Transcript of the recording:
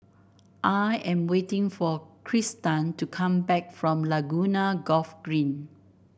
I am waiting for Kristan to come back from Laguna Golf Green